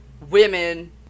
women